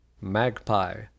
magpie